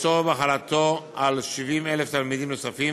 ולראות אותו בעיניים נקיות,